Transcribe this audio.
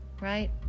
right